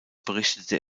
berichtete